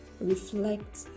reflect